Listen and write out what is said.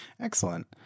Excellent